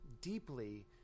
deeply